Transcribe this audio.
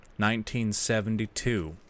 1972